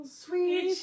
sweet